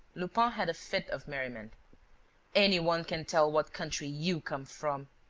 lupin had a fit of merriment any one can tell what country you come from!